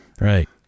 Right